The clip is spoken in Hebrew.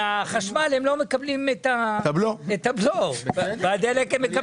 מהחשמל הם לא מקבלים את הבלו, והדלק הם מקבלים.